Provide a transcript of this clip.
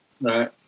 Right